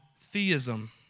theism